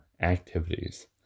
activities